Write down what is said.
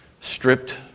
stripped